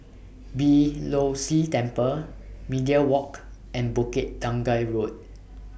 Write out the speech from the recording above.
Beeh Low See Temple Media Walk and Bukit Tunggal Road